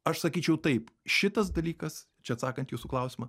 aš sakyčiau taip šitas dalykas čia atsakant į jūsų klausimą